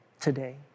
today